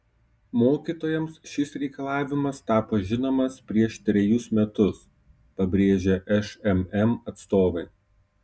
mokytojams šis reikalavimas tapo žinomas prieš trejus metus pabrėžė šmm atstovai